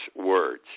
words